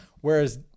Whereas